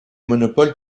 monopoles